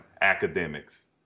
academics